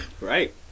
Right